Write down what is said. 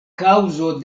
kaŭzo